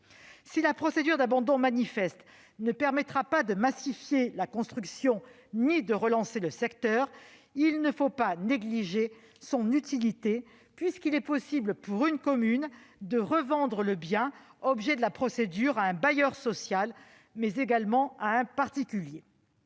Si la procédure d'abandon manifeste ne permettra pas de massifier la construction ni de relancer le secteur, il ne faut pas négliger son utilité, puisqu'il est possible, pour une commune, de revendre le bien objet de la procédure à un bailleur social ou à un particulier.